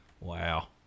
Wow